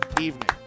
evening